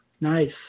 Nice